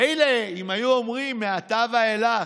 מילא אם היו אומרים: מעתה ואילך,